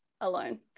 alone